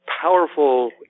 powerful